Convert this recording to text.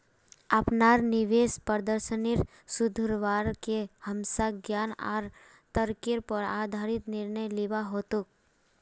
अपनार निवेश प्रदर्शनेर सुधरवार के हमसाक ज्ञान आर तर्केर पर आधारित निर्णय लिबा हतोक